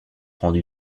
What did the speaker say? rendus